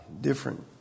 different